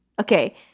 okay